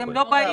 אבל הם לא באים.